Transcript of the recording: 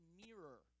mirror